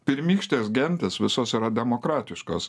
pirmykštės gentys visos yra demokratiškos